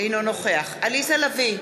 אינו נוכח עליזה לביא,